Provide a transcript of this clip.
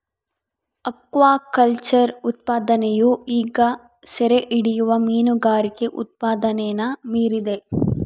aquaculture ಉತ್ಪಾದನೆಯು ಈಗ ಸೆರೆಹಿಡಿಯುವ ಮೀನುಗಾರಿಕೆ ಉತ್ಪಾದನೆನ ಮೀರಿದೆ